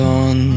on